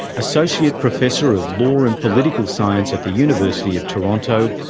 associate professor of law and political science at the university of toronto,